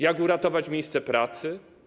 Jak uratować miejsce pracy?